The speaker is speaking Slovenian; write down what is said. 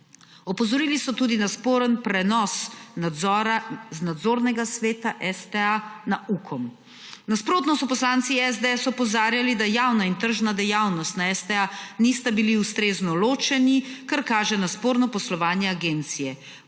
Opozorili so tudi na sporen prenos nadzora z nadzornega sveta STA na UKOM. Nasprotno so poslanci SDS opozarjali, da javna in tržna dejavnost na STA nista bili ustrezno ločeni, kar kaže na sporno poslovanje agencije.